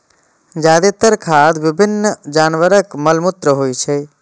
जादेतर खाद विभिन्न जानवरक मल मूत्र होइ छै